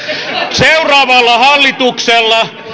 seuraavalla hallituksella